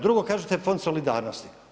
Drugo kažete fond solidarnosti.